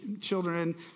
children